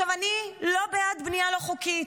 אני לא בעד בנייה לא חוקית,